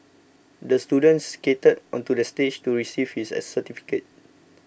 the student skated onto the stage to receive his certificate